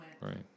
Right